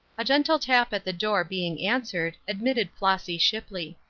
a gentle tap at the door being answered, admitted flossy shipley.